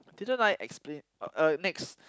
didn't I explain uh uh next